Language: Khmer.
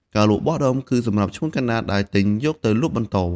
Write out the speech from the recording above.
ការលក់បោះដុំ គឺសម្រាប់ឈ្មួញកណ្ដាលដែលទិញយកទៅលក់បន្ត។